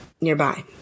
nearby